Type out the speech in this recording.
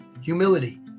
humility